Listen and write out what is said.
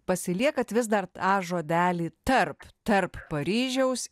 pasiliekat vis dar tą žodelį tarp tarp paryžiaus